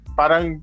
parang